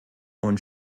und